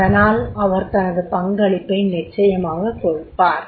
அதனால் அவர் தனது பங்களிப்பை நிச்சயமாகக் கொடுப்பார்